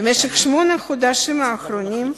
בשמונת החודשים האחרונים,